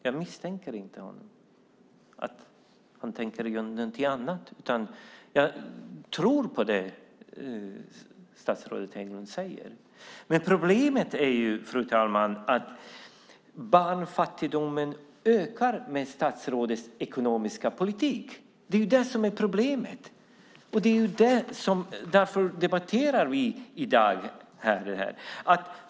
Jag misstänker inte att han tycker något annat. Jag tror på det statsrådet Hägglund säger. Problemet är, fru talman, att barnfattigdomen ökar med statsrådets ekonomiska politik. Det är det som är problemet. Det är därför vi debatterar i dag.